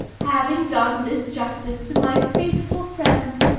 having done this justice to my faithful friend,